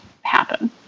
happen